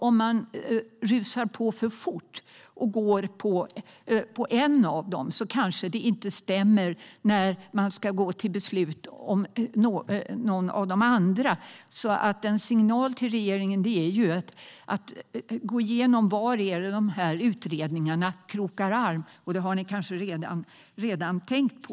Om man rusar på för fort och går till beslut om en av dem kanske det inte stämmer när man ska gå till beslut om någon av de andra. En signal till regeringen är alltså att gå igenom var de här utredningarna krokar arm. Det har ni kanske redan tänkt på.